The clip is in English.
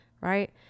Right